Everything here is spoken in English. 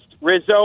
Rizzo